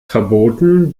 verboten